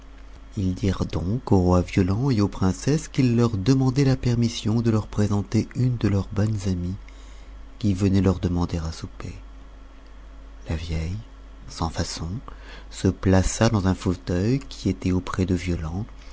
ils dirent donc au roi violent et aux princesses qu'ils leur demandaient la permission de leur présenter une de leurs bonnes amies qui venait leur demander à souper la vieille sans façons se plaça dans un fauteuil qui était auprès de violent